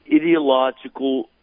ideological